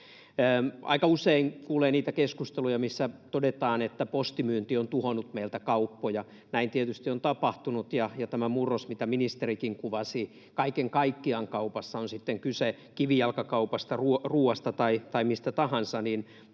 Aika usein kuulee niitä keskusteluja, missä todetaan, että postimyynti on tuhonnut meiltä kauppoja. Näin tietysti on tapahtunut, ja tämä murros, mitä ministerikin kuvasi, kaiken kaikkiaan kaupassa — on sitten kyse kivijalkakaupasta, ruoasta tai mistä tahansa